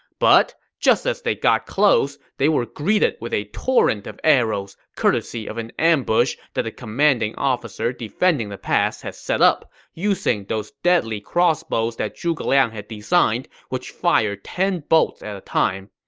but just as they got close, they were greeted with a torrent of arrows, courtesy of an ambush that the commanding officer defending the pass had set up, using those deadly crossbows that zhuge liang had designed that fire ten bolts at a time.